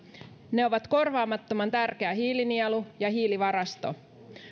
ne ovat korvaamattoman tärkeä hiilinielu ja hiilivarasto